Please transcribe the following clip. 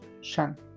Shan